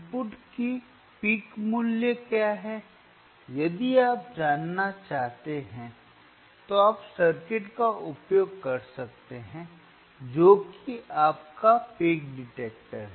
तो इनपुट का पिक मूल्य क्या है यदि आप जानना चाहते हैं तो आप सर्किट का उपयोग कर सकते हैं जो कि आपका पिक डिटेक्टर है